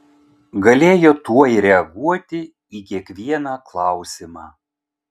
galėjo tuoj reaguoti į kiekvieną klausimą